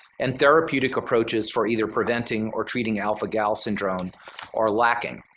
and therapeutic approaches for either preventing or treating alpha-gal syndrome are lacking.